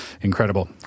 Incredible